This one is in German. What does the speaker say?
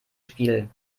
spiel